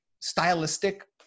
stylistic